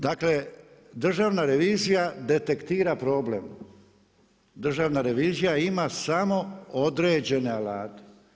Dakle, Državna revizija detektira problem, Državna revizija ima samo određene alate.